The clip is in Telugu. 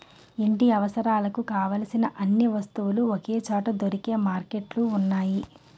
ఇంటి అవసరాలకు కావలసిన అన్ని వస్తువులు ఒకే చోట దొరికే మార్కెట్లు ఉన్నాయి